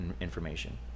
information